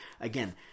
Again